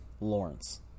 Lawrence